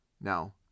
Now